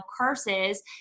curses